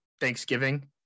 Thanksgiving